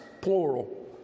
plural